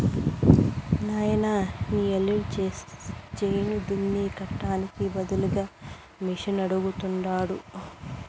నాయనా నీ యల్లుడు చేను దున్నే కట్టానికి బదులుగా మిషనడగతండాడు